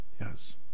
Yes